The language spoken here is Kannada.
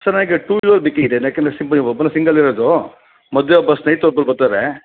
ಸರ್ ನನಗೆ ಟೂ ವೀಲರ್ ಬೇಕಿದೆ ಯಾಕೆಂದರೆ ಸಿಂಗಲ್ ಒಬ್ಬನೇ ಸಿಂಗಲಿರೋದು ಮಧ್ಯೆ ಒಬ್ಬ ಸ್ನೇಹಿತ ಒಬ್ಬರು ಬರ್ತಾರೆ